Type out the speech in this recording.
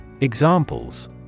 Examples